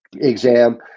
Exam